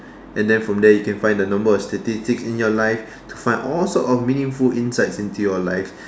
and then from there you can find the number of statistics in your life to find all sorts of meaningful insights into your life